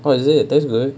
oh is it that's good